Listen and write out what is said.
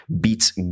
beats